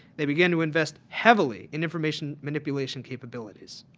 they began to invest heavily in information manipulation capabilities.